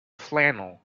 flannel